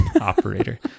operator